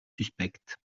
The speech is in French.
suspecte